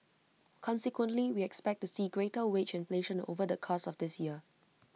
consequently we expect to see greater wage inflation over the course of this year